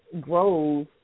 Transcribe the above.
grows